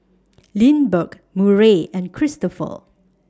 Lindbergh Murray and Kristopher